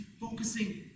focusing